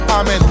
Amen